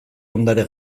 ondare